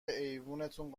ایوونتون